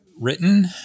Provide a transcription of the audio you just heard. written